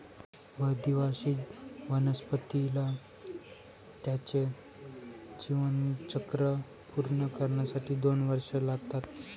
द्विवार्षिक वनस्पतीला त्याचे जीवनचक्र पूर्ण करण्यासाठी दोन वर्षे लागतात